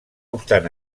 obstant